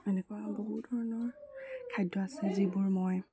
এনেকুৱা বহুত ধৰণৰ খাদ্য আছে যিবোৰ মই